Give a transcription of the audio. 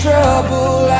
Trouble